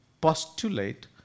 postulate